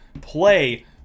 play